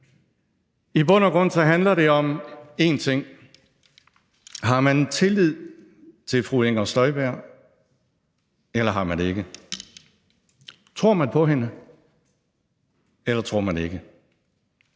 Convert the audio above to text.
I bund og grund handler det om én ting: Har man tillid til fru Inger Støjberg, eller har man ikke? Tror man på hende, eller gør man ikke?